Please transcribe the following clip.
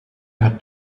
had